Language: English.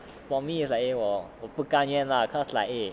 for me is like 因为我我不甘愿 lah cause like eh